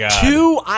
two